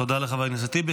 תודה לחבר הכנסת טיבי.